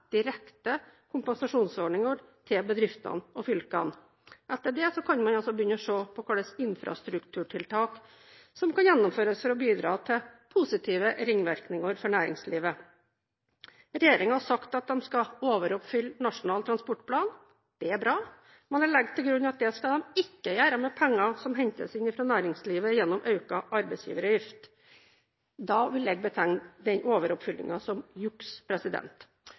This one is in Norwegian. direkte kompensasjonsordninger til bedriftene og fylkene. Etter det kan man begynne å se på hvilke infrastrukturtiltak som kan gjennomføres for å bidra til positive ringvirkninger for næringslivet. Regjeringen har sagt de skal overoppfylle Nasjonal transportplan. Det er bra, men jeg legger til grunn at det skal de ikke gjøre med penger som hentes inn fra næringslivet gjennom økt arbeidsgiveravgift. Da vil jeg betegne den overoppfyllingen som juks!